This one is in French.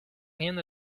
rien